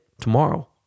tomorrow